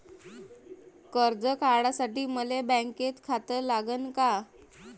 कर्ज काढासाठी मले बँकेत खातं लागन का?